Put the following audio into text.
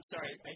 sorry